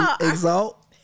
exalt